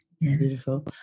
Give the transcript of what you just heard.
Beautiful